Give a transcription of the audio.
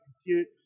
compute